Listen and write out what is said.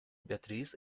beatriz